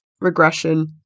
regression